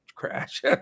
Crash